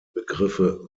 begriffe